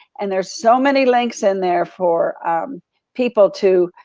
and there's so many links in there for people to,